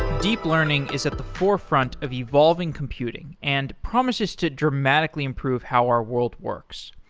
deep learning is at the forefront of evolving computing and promises to dramatically improve how our world works.